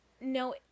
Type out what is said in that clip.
no